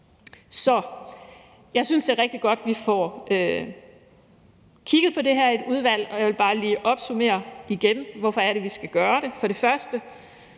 Så jeg synes, det er rigtig godt, vi får kigget på det her i et udvalg, og jeg vil bare lige opsummere, igen, hvorfor det er, vi skal gøre det. For det første